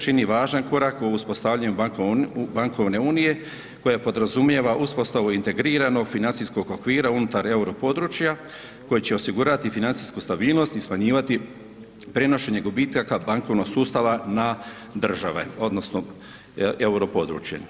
čini važan korak u uspostavljanju Bankovne unije koja podrazumijeva uspostavu integriranog financijskog okvira unutar euro područja koji će osigurati financijsku stabilnost i smanjivati prenošenje gubitaka bankovnog sustava na države, odnosno euro područje.